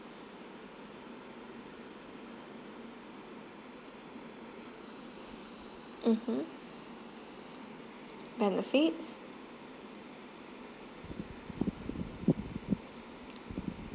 mmhmm benefits